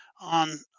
on